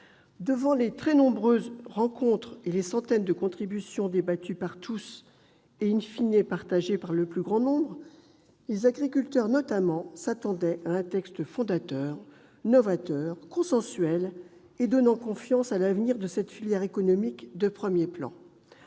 Devant les très nombreuses rencontres et les centaines de contributions débattues par tous et partagées par le plus grand nombre, les agriculteurs, notamment, s'attendaient à un texte fondateur, novateur, consensuel et donnant confiance à l'avenir de cette filière économique de premier plan.